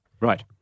Right